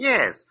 Yes